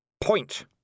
point